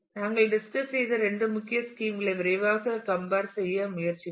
நாங்கள் டிஸ்கஸ் செய்த இரண்டு முக்கிய ஸ்கீம் களை விரைவாக கம்பர் செய்ய முயற்சிப்பேன்